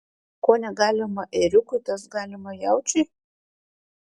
ko negalima ėriukui tas galima jaučiui